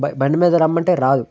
బండి మీద రమ్మంటే రాదు